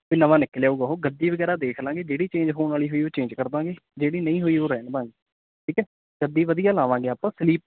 ਤੇ ਨਵਾਂ ਨਿਕਲ ਆਉਗਾ ਉਹ ਗੱਦੀ ਵਗੈਰਾ ਦੇਖ ਲਾਂਗੇ ਜਿਹੜੀ ਚੇਂਜ ਹੋਣ ਵਾਲੀ ਹੋਈ ਉਹਨੂੰ ਚੇਂਜ ਕਰ ਦਾਂਗੇ ਜਿਹੜੀ ਨਹੀਂ ਹੋਈ ਉਹ ਰਹਿਣ ਦਾਂਗੇ ਠੀਕ ਹੈ ਗੱਦੀ ਵਧੀਆ ਲਾਵਾਂਗੇ ਆਪਾਂ ਸਲੀਪ